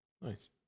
Nice